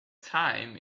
time